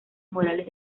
morales